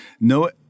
no